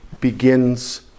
begins